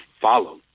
follow